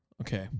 Okay